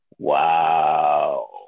Wow